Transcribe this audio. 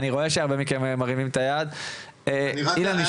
אני רואה שמרימים את היד, אילן, משפט.